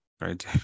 right